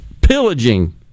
pillaging